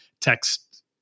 text